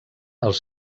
els